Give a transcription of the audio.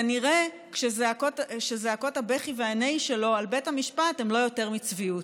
כנראה שזעקות הבכי והנהי שלו על בית המשפט הן לא יותר מצביעות.